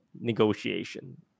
negotiation